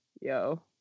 Yo